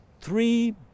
three